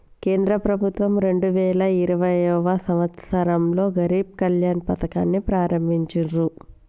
కేంద్ర ప్రభుత్వం రెండు వేల ఇరవైయవ సంవచ్చరంలో గరీబ్ కళ్యాణ్ పథకాన్ని ప్రారంభించిర్రు